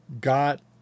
got